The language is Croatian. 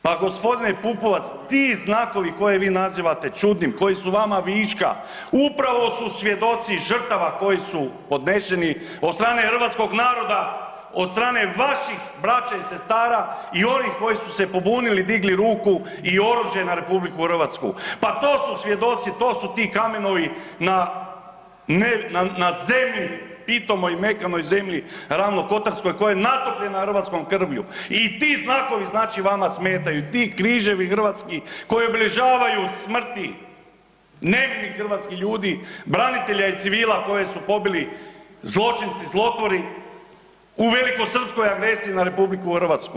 Pa g. Pupovac, ti znakovi koje vi nazivate čudnim, koji su vama viška, upravo su svjedoci žrtava koje su podneseni od strane hrvatskog naroda, od strane vaših braće i sestara i onih koji su se pobunili i digli ruku i oružje na RH, pa to su svjedoci, to su ti kamenovi na, na zemlji, pitomoj mekanoj zemlji Ravno Kotarskoj koja je natopljena hrvatskom krvlju i ti znakovi znači vama smetaju ti križevi hrvatski koji obilježavaju smrti, nevini hrvatski ljudi, branitelja i civila koje su pobili zločinci, zlotvori, u velikosrpskoj agresiji na RH.